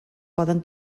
poden